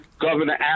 Governor